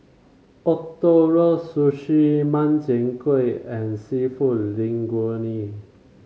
Ootoro Sushi Makchang Gui and seafood Linguine